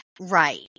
Right